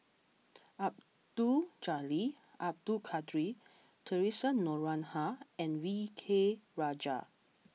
Abdul Jalil Abdul Kadir Theresa Noronha and V K Rajah